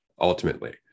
ultimately